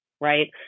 right